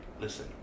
listen